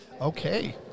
Okay